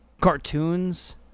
cartoons